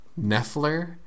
Neffler